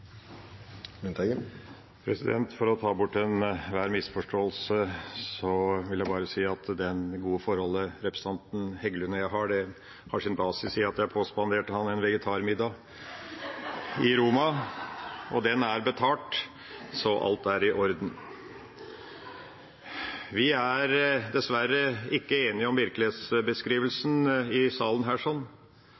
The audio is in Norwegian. For å ta bort enhver misforståelse vil jeg bare si at det gode forholdet representanten Heggelund og jeg har, har sin basis i at jeg påspanderte ham en vegetarmiddag i Roma – og den er betalt, så alt er i orden! Vi er dessverre ikke enige om